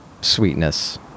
sweetness